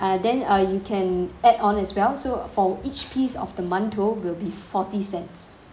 uh then uh you can add on as well so for each piece of the mantou will be forty cents